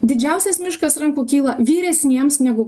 didžiausias miškas rankų kyla vyresniems negu